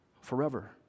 forever